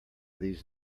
these